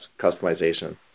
customization